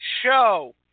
show